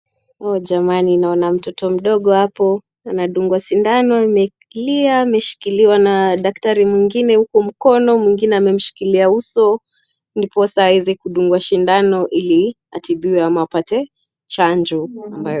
Jamani naona mtoto mdogo hapo anadungwa shindano ametulia ameshikiliwa na daktari mwingine mkono, mwingine amemshikilia uso ndiposa aweze kudungwa shindano ili atibiwe au apate chanjo.